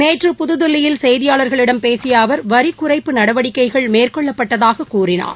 நேற்று புதுதில்லியில் செய்தியாளர்களிடம் பேசியஅவர் வரிக்குறைப்பு நடவடிக்கைகள் மேற்கொள்ளப்பட்டதாககூறினார்